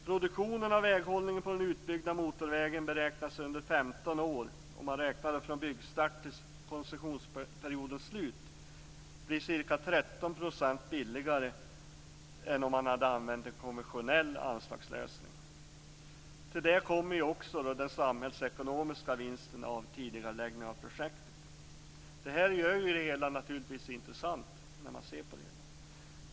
Produktionen av väghållning på den utbyggda motorvägen beräknas under 15 år, om man räknar från byggstart till koncessionsperiodens slut, bli ca 13 % billigare än om man hade använt en konventionell anslagslösning. Till det kommer också den samhällsekonomiska vinsten av tidigareläggning av projektet. Det gör naturligtvis att det blir intressant att se på det hela.